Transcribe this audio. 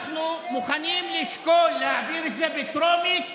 אנחנו מוכנים לשקול להעביר את זה בטרומית